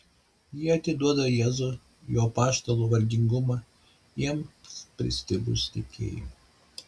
ji atiduoda jėzui jo apaštalų vargingumą jiems pristigus tikėjimo